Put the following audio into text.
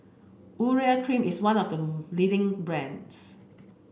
Urea Cream is one of the leading brands